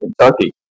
Kentucky